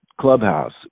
clubhouse